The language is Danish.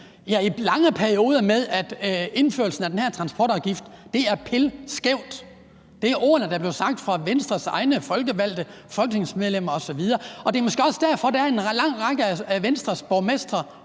i lange perioder brilleret med, at indførelsen af den her transportafgift er pilskæv. Det var ordene, der blev sagt af Venstres egne folkevalgte, altså Venstres folketingsmedlemmer osv., og det er måske også derfor, at der er en lang række af Venstres borgmestre,